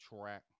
track